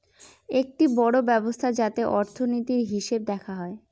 একটি বড়ো ব্যবস্থা যাতে অর্থনীতির, হিসেব দেখা হয়